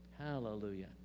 hallelujah